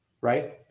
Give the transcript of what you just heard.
right